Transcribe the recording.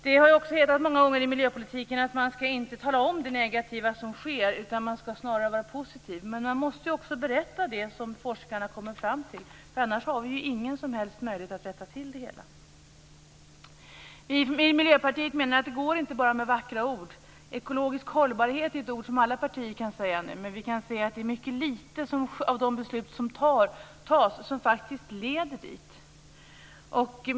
Jag har hört många gånger i miljöpolitiken att man inte skall tala om det negativa som sker, utan man skall snarare vara positiv. Men man måste också berätta det som forskarna kommit fram till. Annars har vi ingen som helst möjlighet att rätta till det hela. I Miljöpartiet menar vi att det inte går med bara vackra ord. Ekologisk hållbarhet är ett ord som alla partier kan säga nu, men vi kan se att det är mycket få av de beslut som fattas som faktiskt leder dit.